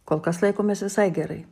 kol kas laikomės visai gerai